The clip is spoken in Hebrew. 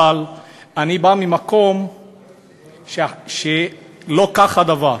אבל אני בא ממקום שלא כך הדבר.